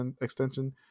extension